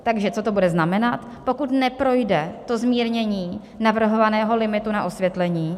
Takže co to bude znamenat, pokud neprojde zmírnění navrhovaného limitu na osvětlení?